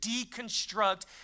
deconstruct